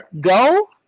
go